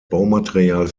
baumaterial